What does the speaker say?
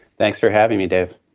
thanks for having me, dave.